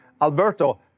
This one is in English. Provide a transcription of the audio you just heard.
Alberto